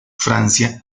francia